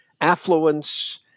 affluence